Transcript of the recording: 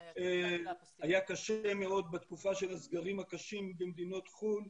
היה קשה מאוד בתקופה של הסגרים הקשים במדינות חו"ל,